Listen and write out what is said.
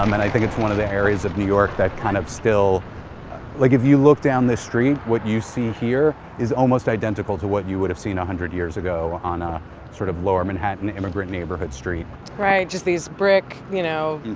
um and i think it's one of the areas of new york that kind of still like, if you look down the street, what you see here is almost identical to what you would have seen one hundred years ago on a sort of lower manhattan immigrant neighborhood street right. just these brick, you know,